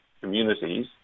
communities